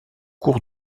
cour